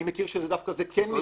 אני מכיר שזה דווקא כן מיושם.